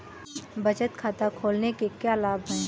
बचत खाता खोलने के क्या लाभ हैं?